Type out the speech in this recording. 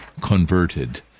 converted